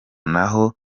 naho